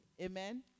Amen